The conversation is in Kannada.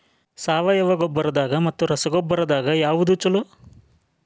ಸಾವಯವ ಗೊಬ್ಬರ ಮತ್ತ ರಸಗೊಬ್ಬರದಾಗ ಯಾವದು ಛಲೋ?